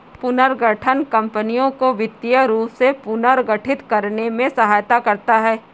पुनर्गठन कंपनियों को वित्तीय रूप से पुनर्गठित करने में सहायता करता हैं